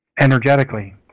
energetically